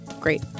great